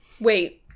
Wait